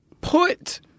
put